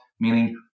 meaning